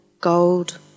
gold